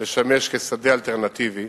לשמש שדה אלטרנטיבי.